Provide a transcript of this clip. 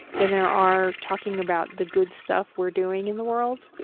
then there are talking about the good stuff we're doing in the world.